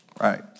right